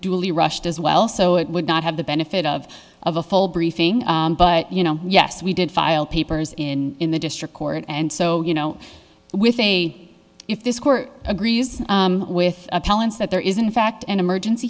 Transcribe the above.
duly rushed as well so it would not have the benefit of of a full briefing but you know yes we did file papers in in the district court and so you know with a if this court agrees with appellants that there is in fact an emergency